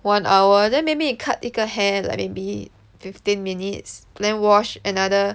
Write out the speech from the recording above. one hour then maybe you cut 一个 hair like maybe fifteen minutes then wash another